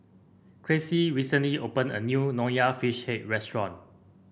Crissie recently opened a new Nonya Fish Head restaurant